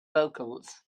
vocals